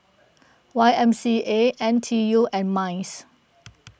Y M C A N T U and Minds